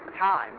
time